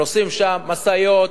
נוסעים שם משאיות,